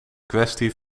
kwestie